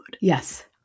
Yes